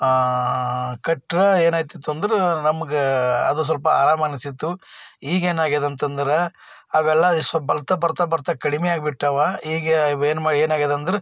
ಆಂ ಕಟ್ರೆ ಏನಾಗ್ತಿತ್ತು ಅಂದ್ರೆ ನಮ್ಗೆ ಅದು ಸ್ವಲ್ಪ ಆರಾಮ ಅನಿಸಿತ್ತು ಈಗೇನಾಗಿದೆ ಅಂತಂದ್ರೆ ಅವೆಲ್ಲ ಎಷ್ಟೋ ಬರ್ತಾ ಬರ್ತಾ ಬರ್ತಾ ಕಡಿಮೆ ಆಗಿಬಿಟ್ಟಾವೆ ಈಗ ಅವೇನು ಮಾ ಏನಾಗಿದೆಂದ್ರೆ